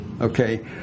Okay